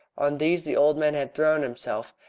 on these the old man had thrown himself,